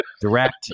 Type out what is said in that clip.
direct